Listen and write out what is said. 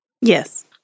yes